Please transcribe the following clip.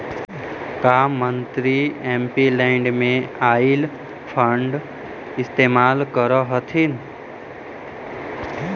का मंत्री एमपीलैड में आईल फंड इस्तेमाल करअ हथीन